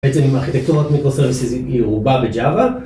בעצם עם ארכיטקטוריות מיקרוסרוויסיזי רובה בג'אווה.